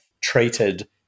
treated